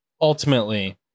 ultimately